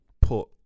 put